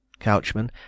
Couchman